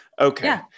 Okay